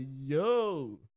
Yo